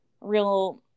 real